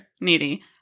needy